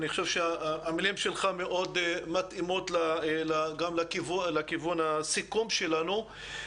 ואני חושב שהמילים שלך מתאימות מאוד לכיוון של הסיכום שלנו.